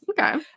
okay